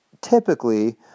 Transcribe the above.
typically